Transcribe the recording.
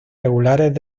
regulares